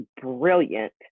brilliant